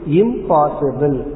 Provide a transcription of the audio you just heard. impossible